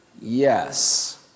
yes